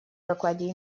докладе